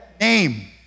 name